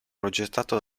progettato